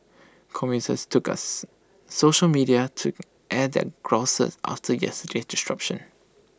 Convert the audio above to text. commuters took us social media to air their grouses after yesterday's disruption